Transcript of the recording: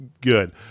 good